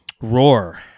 Roar